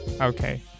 okay